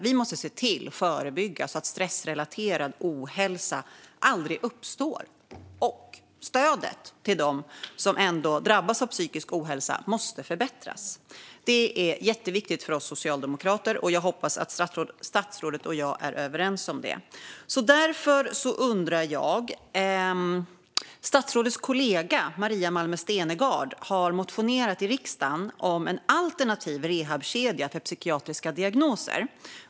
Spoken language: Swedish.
Vi måste se till att förebygga stressrelaterad ohälsa så att den aldrig uppstår, och stödet till dem som ändå drabbas av psykisk ohälsa måste förbättras. Det är jätteviktigt för oss socialdemokrater, och jag hoppas att statsrådet och jag är överens om det. Statsrådets kollega Maria Malmer Stenergard har motionerat i riksdagen om en alternativ rehabkedja för psykiatriska diagnoser.